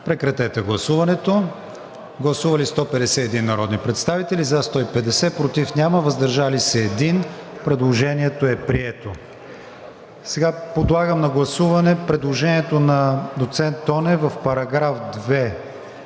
промишленост“. Гласували 151 народни представители: за 150, против няма, въздържал се 1. Предложението е прието. Подлагам на гласуване предложението на доцент Тонев в § 2,